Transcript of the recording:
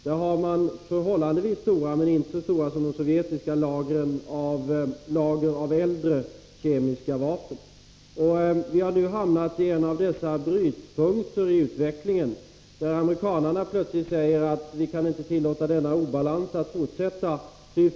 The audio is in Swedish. Där har man förhållandevis stora lager av äldre kemiska vapen, men inte så stora som de sovjetiska. Vi har nu hamnat i en brytpunkt i utvecklingen, där amerikanerna plötsligt säger att de inte kan tillåta denna obalans att råda i fortsättningen.